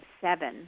seven